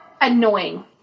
annoying